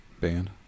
Band